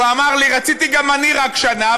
הוא אמר לי: רציתי גם אני רק שנה,